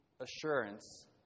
assurance